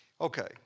Okay